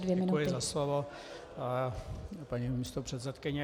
Děkuji za slovo, paní místopředsedkyně.